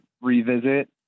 revisit